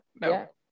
No